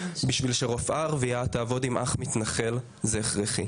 בשביל שרופאה ערבייה תעבוד עם אח מתנחל זה הכרחי.